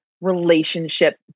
relationship